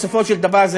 בסופו של דבר,